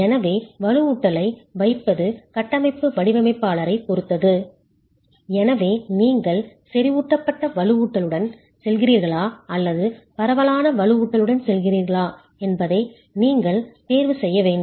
எனவே வலுவூட்டலை வைப்பது கட்டமைப்பு வடிவமைப்பாளரைப் பொறுத்தது எனவே நீங்கள் செறிவூட்டப்பட்ட வலுவூட்டலுடன் செல்கிறீர்களா அல்லது பரவலான வலுவூட்டலுடன் செல்கிறீர்களா என்பதை நீங்கள் தேர்வு செய்ய வேண்டும்